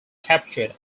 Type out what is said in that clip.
captured